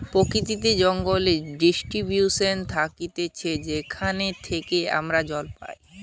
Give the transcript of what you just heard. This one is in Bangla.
প্রকৃতিতে জলের ডিস্ট্রিবিউশন থাকতিছে যেখান থেইকে আমরা জল পাই